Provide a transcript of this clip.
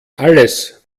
alles